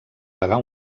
pagar